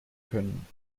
können